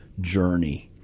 journey